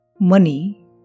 money